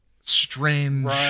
strange